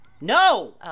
No